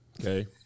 Okay